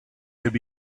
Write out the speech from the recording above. could